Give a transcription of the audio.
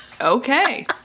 okay